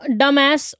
dumbass